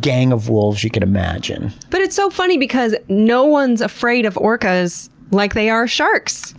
gang of wolves you can imagine. but it's so funny because no one's afraid of orcas like they are sharks.